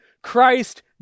Christ